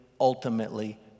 ultimately